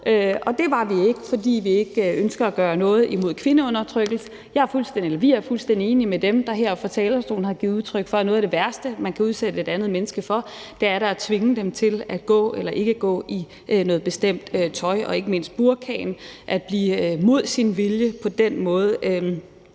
og det var vi ikke, fordi vi ikke ønsker at gøre noget imod kvindeundertrykkelse. Vi er fuldstændig enige med dem, der heroppe fra talerstolen har givet udtryk for, at noget af det værste, man kan udsætte et andet menneske for, da er at tvinge dem til at gå eller ikke gå i noget bestemt tøj og ikke mindst burkaen, og det, at man imod sin vilje på den måde